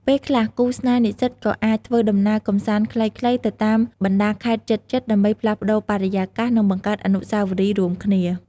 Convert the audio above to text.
ពេលខ្លះ គូស្នេហ៍និស្សិតក៏អាច ធ្វើដំណើរកម្សាន្តខ្លីៗ ទៅតាមបណ្ដាខេត្តជិតៗ ដើម្បីផ្លាស់ប្ដូរបរិយាកាស និងបង្កើតអនុស្សាវរីយ៍រួមគ្នា។